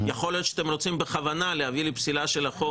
יכול להיות שאתם רוצים בכוונה להביא לפסילה של החוק